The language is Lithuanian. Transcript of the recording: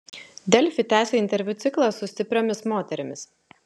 delfi tęsia interviu ciklą su stipriomis moterimis